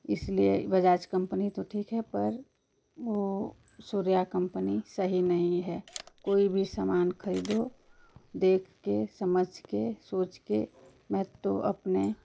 इसलिए बजाज कंपनी तो ठीक है पर वो सूर्या कंपनी सही नहीं है कोई भी समान खरीदो देख कर समझ कर सोच के मैं तो अपने